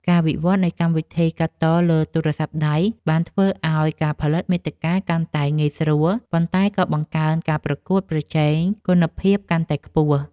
ការវិវត្តនៃកម្មវិធីកាត់តលើទូរស័ព្ទដៃ បានធ្វើឱ្យការផលិតមាតិកាកាន់តែងាយស្រួល ប៉ុន្តែក៏បង្កើនការប្រកួតប្រជែងគុណភាពកាន់តែខ្ពស់។